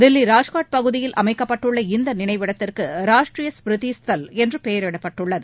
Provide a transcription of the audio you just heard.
தில்லி ராஜ்காட் பகுதியில் அமைக்கப்பட்டுள்ள இந்த நினைவிடத்திற்கு ராஷ்ட்ரீய ஸ்மிருதி ஸ்தல் என்று பெயரிடப்பட்டுள்ளது